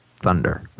thunder